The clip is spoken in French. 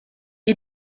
est